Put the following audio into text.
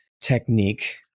technique